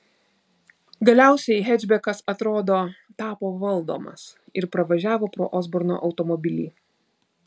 galiausiai hečbekas atrodo tapo valdomas ir pravažiavo pro osborno automobilį